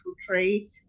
tree